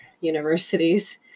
universities